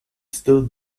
still